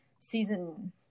season